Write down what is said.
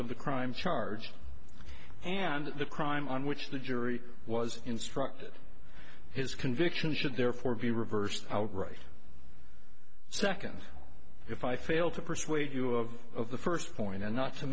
of the crime charged and the crime on which the jury was instructed his conviction should therefore be reversed outright second if i fail to persuade you of the first point and not to